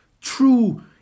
True